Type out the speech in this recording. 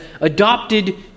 adopted